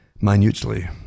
Minutely